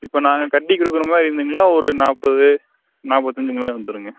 இப்போ நாங்கள் கட்டி கொடுக்குற மாதிரி இருந்திங்களா ஒரு நாற்பது நாற்பத்தி அஞ்சு இந்த மாதிரி வந்துருங்க